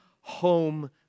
home